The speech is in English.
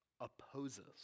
opposes